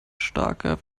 starker